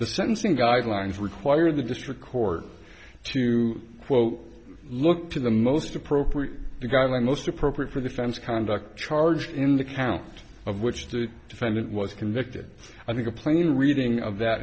the sentencing guidelines require the district court to quote look to the most appropriate guideline most appropriate for the fans conduct charged in the count of which the defendant was convicted i think a plain reading